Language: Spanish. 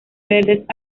verdes